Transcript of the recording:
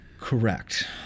Correct